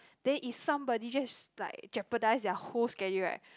then is somebody just like jeopardise their whole schedule right